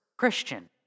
Christian